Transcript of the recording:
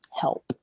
help